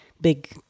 big